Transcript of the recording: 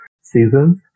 seasons